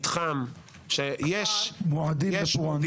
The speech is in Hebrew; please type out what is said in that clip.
מתחם שיש -- מועדים לפורענות.